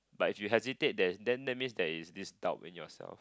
but if you hesitate then then that means there is this doubt in yourself